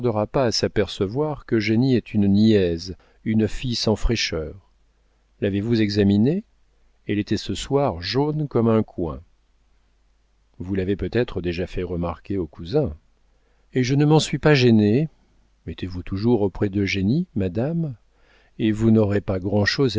pas à s'apercevoir qu'eugénie est une niaise une fille sans fraîcheur l'avez-vous examinée elle était ce soir jaune comme un coing vous l'avez peut-être déjà fait remarquer au cousin et je ne m'en suis pas gênée mettez-vous toujours auprès d'eugénie madame et vous n'aurez pas grand'chose à